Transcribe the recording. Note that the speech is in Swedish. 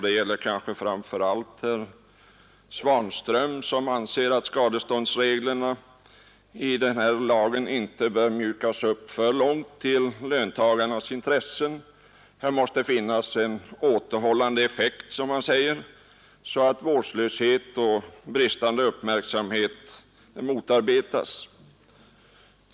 Det är kanske framför allt centerpartiet genom herr Svanström som anser att skadeståndsreglerna i den här lagen inte bör mjukas upp för långt till löntagarnas favör; här måste finnas en återhållande effekt, som man säger, så att vårdslöshet och bristande uppmärksamhet motverkas.